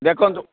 ଦେଖନ୍ତୁ